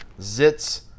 zits